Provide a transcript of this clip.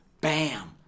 bam